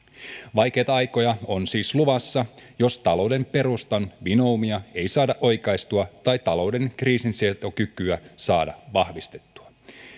vaikeita aikoja on siis luvassa jos talouden perustan vinoumia ei saada oikaistua tai talouden kriisinsietokykyä saada vahvistettua